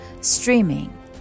Streaming